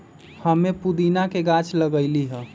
हम्मे पुदीना के गाछ लगईली है